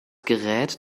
gerät